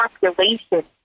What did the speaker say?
population